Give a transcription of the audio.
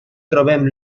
trobem